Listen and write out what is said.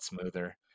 smoother